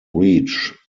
reach